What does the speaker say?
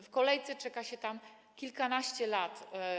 W kolejce czeka się tam kilkanaście lat.